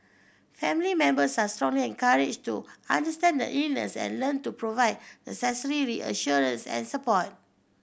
family members are strongly encouraged to understand the illness and learn to provide necessary reassurance and support